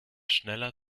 schneller